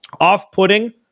off-putting